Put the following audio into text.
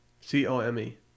C-O-M-E